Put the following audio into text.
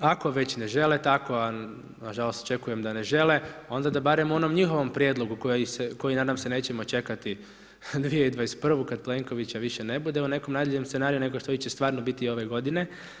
Ako već ne žele tako, a nažalost očekujem da ne žele, onda da barem u onom njihovom prijedlogu, koji nadam se, nećemo čekati 2021. kad Plenkovića više ne bude u nekom najduljem scenariju, nego da će stvarno biti ove godine.